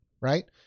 Right